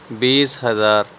بیس ہزار